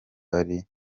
ari